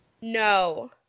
no